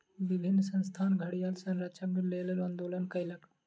विभिन्न संस्थान घड़ियाल संरक्षणक लेल आंदोलन कयलक